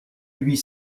huit